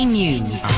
News